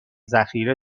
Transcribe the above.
ذخیره